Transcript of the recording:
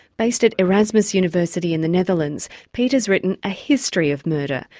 based at erasmus university in the netherlands, pieter has written a history of murder,